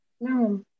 No